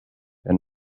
der